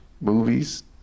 movies